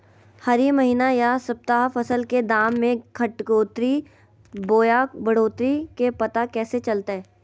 हरी महीना यह सप्ताह फसल के दाम में घटोतरी बोया बढ़ोतरी के पता कैसे चलतय?